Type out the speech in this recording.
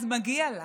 אז מגיע לה.